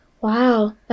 wow